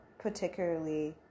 particularly